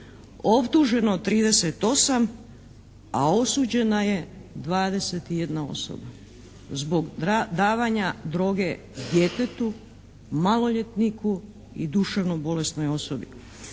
optuženo 38, a osuđena je 21 osoba zbog davanja droge djetetu, maloljetniku i duševno bolesnoj osobi.